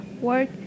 work